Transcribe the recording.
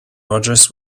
rogers